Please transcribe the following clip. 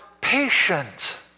patient